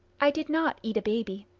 i did not eat a baby.